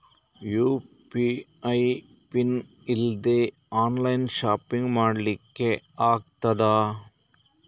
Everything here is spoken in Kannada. ಯು.ಪಿ.ಐ ಪಿನ್ ಇಲ್ದೆ ಆನ್ಲೈನ್ ಶಾಪಿಂಗ್ ಮಾಡ್ಲಿಕ್ಕೆ ಆಗ್ತದಾ?